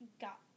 got